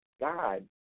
God